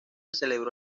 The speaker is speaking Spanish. celebró